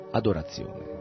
adorazione